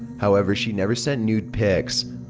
however, she never sent nude pics.